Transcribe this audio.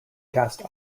cast